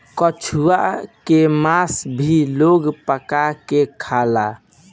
कछुआ के मास भी लोग पका के खाला